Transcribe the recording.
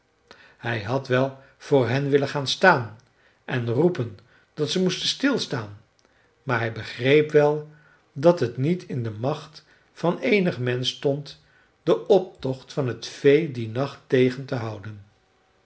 hij had wel voor hen willen gaan staan en roepen dat ze moesten stilstaan maar hij begreep wel dat het niet in de macht van eenig mensch stond den optocht van het vee dien nacht tegen te houden